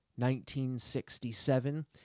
1967